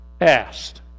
Asked